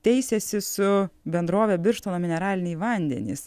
teisėsi su bendrove birštono mineraliniai vandenys